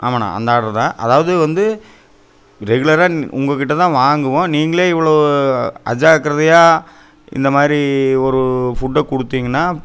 ஆமாண்ணா அந்த ஆர்ட்ருதான் அதாவது வந்து ரெகுலராக உங்கள்கிட்டதான் வாங்குவோம் நீங்களே இவ்வளோ அஜாக்கிரதையாக இந்த மாதிரி ஒரு ஃபுட்டை கொடுத்திங்கனா